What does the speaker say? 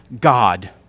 God